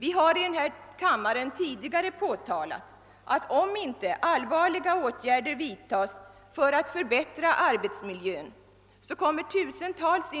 Vi har i denna kammare tidigare påtalat det förhållandet att tusentals industriarbetare kommer att olycksdrabbas, om inte allvarliga åtgärder vidtas för att förbättra arbetsmiljön. Åtskilliga av dessa